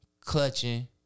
clutching